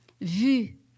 vu